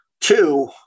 Two